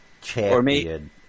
champion